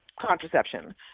contraception